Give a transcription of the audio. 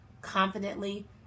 confidently